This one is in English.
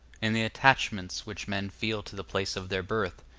and the attachments which men feel to the place of their birth,